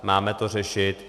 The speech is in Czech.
Máme to řešit.